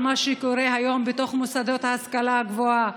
מה שקורה היום בתוך מוסדות ההשכלה הגבוהה: